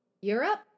Europe